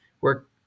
work